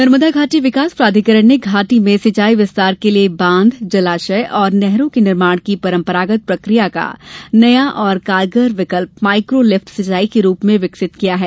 नर्मदा घाटी विकास प्राधिकरण ने घाटी में सिंचाई विस्तार के लिये बांध जलाशय और नहरों के निर्माण की परम्परागत प्रक्रिया का नया और कारगर विकल्प माईक्रो लिफ्ट सिंचाई के रूप में विकसित किया है